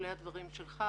בשולי הדברים שלך,